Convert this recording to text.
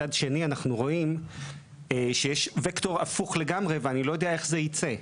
מצד שני אנחנו רואים שיש וקטור הפוך לגמרי ואני לא יודע איך זה ייצא.